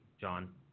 John